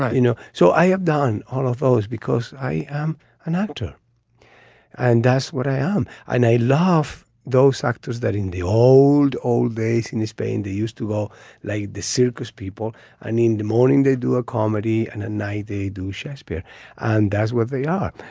you know so i have done all of those because i am an actor and that's what i am. i need a laugh. those actors that in the old old days in this pain they used to all like the circus people i mean the morning they do a comedy and a night they do shakespeare and that's what they are.